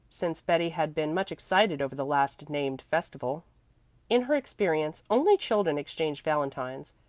since betty had been much excited over the last named festival in her experience only children exchanged valentines.